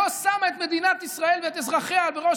לא שמה את מדינת ישראל ואת אזרחיה בראש